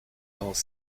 dans